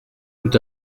tout